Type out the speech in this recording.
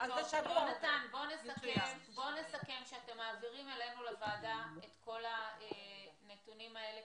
בוא נסכם שאתם מעבירים לוועדה את כל הנתונים האלה,